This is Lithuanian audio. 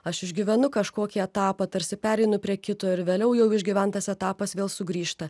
aš išgyvenu kažkokį etapą tarsi pereinu prie kito ir vėliau jau išgyventas etapas vėl sugrįžta